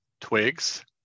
twigs